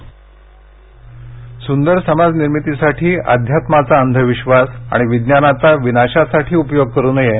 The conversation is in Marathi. वर्ड पार्लमेंट सुंदर समाज निर्मितीसाठी अध्यात्माचा अंध विश्वास आणि विज्ञानाचा विनाशासाठी उपयोग करू नये